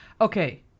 Okay